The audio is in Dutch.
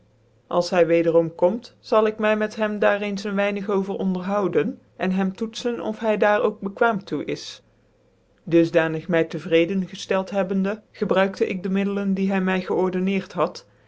als hy wederom komt zal ik my met hem daar eens een wynig over onderhouden en hem toetzen oi hy daar ook bekwaam toe is dusdanig my tc vrecden gcftcld hebbende gebruikte ik ile middelen die hy my gcordonneert had